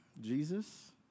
Jesus